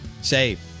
Save